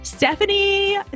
Stephanie